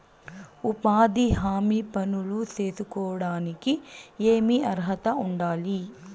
ఉపాధి హామీ పనులు సేసుకోవడానికి ఏమి అర్హత ఉండాలి?